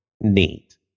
neat